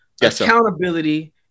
Accountability